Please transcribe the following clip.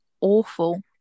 awful